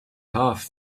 half